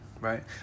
Right